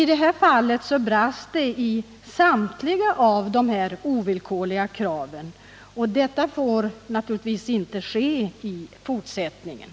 I det här aktuella fallet brast det när det gäller samtliga dessa ovillkorliga krav, och detta får naturligtvis inte upprepas i framtiden.